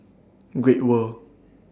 Great World